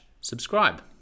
subscribe